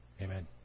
Amen